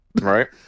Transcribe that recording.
Right